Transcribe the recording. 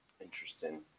Interesting